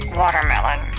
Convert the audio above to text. watermelon